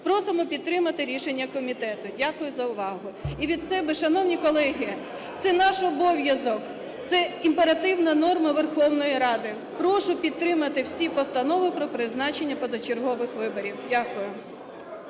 Просимо підтримати рішення комітету. Дякую за увагу. І від себе. Шановні колеги, це наш обов’язок, це імперативна норма Верховної Ради. Прошу підтримати всі постанови про призначення позачергових виборів. Дякую.